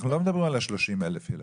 אנחנו לא מדברים על 30,000 ילדים.